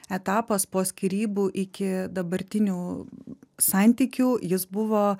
etapas po skyrybų iki dabartinių santykių jis buvo